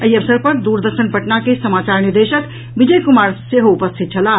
एहि अवसर पर दूरदर्शन पटना के समाचार निदेशक विजय कुमार सेहो उपस्थित छलाह